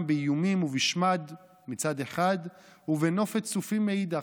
באיומים ובשמד מצד אחד ובנופת צופים מצד שני,